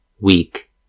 weak